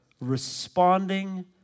responding